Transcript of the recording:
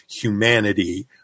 humanity